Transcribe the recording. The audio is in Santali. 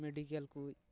ᱢᱮᱰᱤᱠᱮᱞ ᱠᱚ